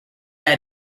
had